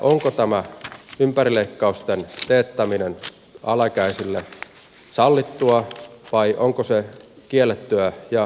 onko tämä ympärileikkausten teettäminen alaikäisille sallittua vai onko se kiellettyä ja rangaistavaa